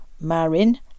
Marin